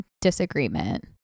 disagreement